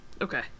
okay